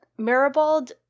Maribald